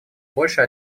больше